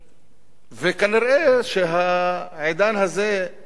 וכנראה העידן הזה הגיע לקצו.